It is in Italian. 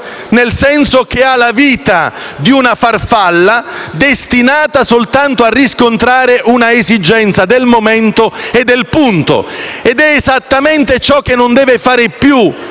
nel senso che ha la vita di una farfalla destinata soltanto a riscontrare una esigenza del momento e del punto. Ed è esattamente ciò che non deve fare più